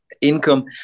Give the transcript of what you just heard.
income